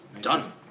Done